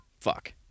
fuck